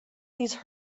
these